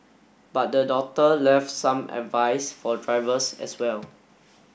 but the daughter left some advice for drivers as well